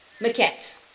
maquette